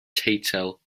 teitl